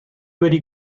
wedi